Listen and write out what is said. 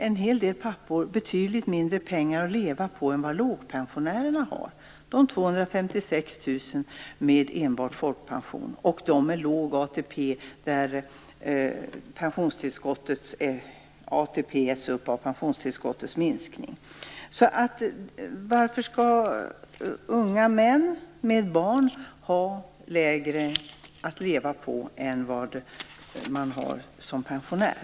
En hel del pappor har betydligt mindre pengar att leva av än vad låginkomstpensionärerna har, dvs. de 256 000 pensionärer som bara har folkpensionen eller en låg ATP som äts upp av pensionstillskottets minskning. Varför skall ensamstående unga män med barn ha mindre att leva av än vad man har som pensionär?